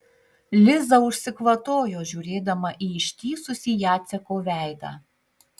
liza užsikvatojo žiūrėdama į ištįsusį jaceko veidą